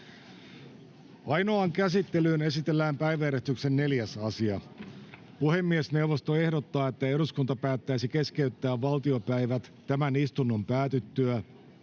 Ainoaan käsittelyyn esitellään päiväjärjestyksen 4. asia. Puhemiesneuvosto ehdottaa, että eduskunta päättäisi keskeyttää valtiopäivät tämän istunnon päätyttyä